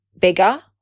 bigger